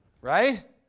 Right